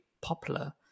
popular